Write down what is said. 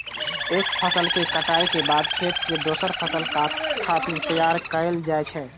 एक फसल के कटाइ के बाद खेत कें दोसर फसल खातिर तैयार कैल जाइ छै